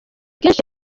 kenshi